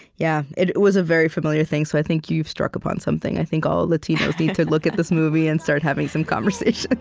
yeah it was a very familiar thing, so i think you've struck upon something. i think all latinos need to look at this movie and start having some conversations.